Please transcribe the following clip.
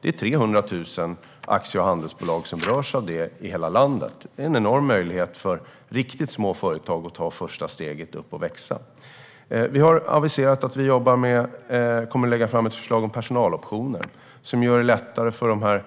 Det är 300 000 aktie och handelsbolag i hela landet som berörs av det - en enorm möjlighet för riktigt små företag att ta första steget upp och växa. Vi har aviserat att vi kommer att lägga fram ett förslag om personaloptioner som gör det lättare för